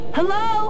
Hello